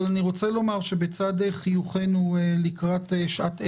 אני רוצה לומר שבצד חיוכינו לקראת שעת ערב,